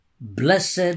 Blessed